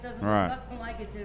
Right